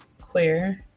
Queer